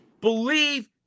believe